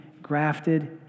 Grafted